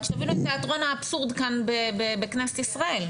רק תבינו את תיאטרון האבסורד כאן בכנסת ישראל.